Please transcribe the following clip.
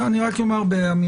אני רק אומר באמירה